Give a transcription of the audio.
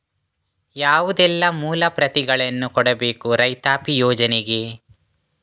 ಯಾವುದೆಲ್ಲ ಮೂಲ ಪ್ರತಿಗಳನ್ನು ಕೊಡಬೇಕು ರೈತಾಪಿ ಯೋಜನೆಗೆ?